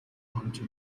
آنچه